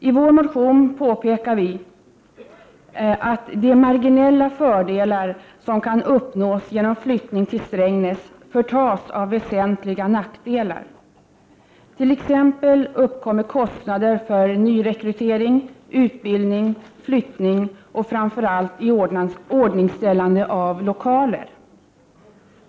I vår motion påpekar vi att de marginella fördelar som kan uppnås genom flyttning till Strängnäs förtas av väsentliga nackdelar. Det uppkommer t.ex. kostnader för nyrekrytering, utbildning, flyttning och framför allt iordningställande av lokaler.